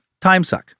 timesuck